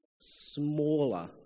smaller